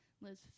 Liz